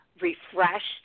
refreshed